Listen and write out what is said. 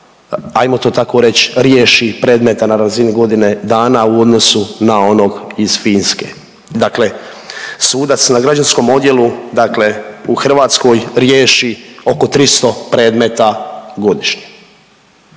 ajmo to tako reći, riješi predmeta na razini godine dana u odnosu na onog iz Finske. Dakle, sudac na građanskom odjelu dakle u Hrvatskoj riješi oko 300 predmeta godišnje.